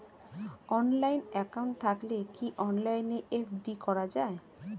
Online account থাকলে কি অনলাইনে এফ.ডি করা যায়?